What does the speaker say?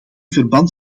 verband